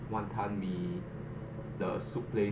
wanton-mee the soup place